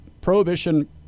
Prohibition